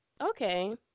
okay